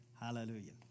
Hallelujah